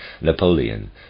Napoleon